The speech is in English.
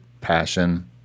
passion